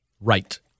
right